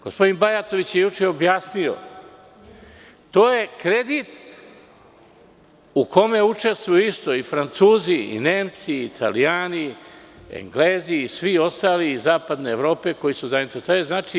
Gospodin Bajatović je juče objasnio, to je kredit u kome učestvuju isto i Francuzi i Nemci, Italijani, Englezi i svi ostali iz zapadne Evrope koji su zainteresovani.